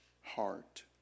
heart